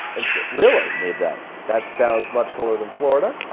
and so. really? it does. that sounds much colder than florida. ah,